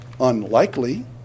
unlikely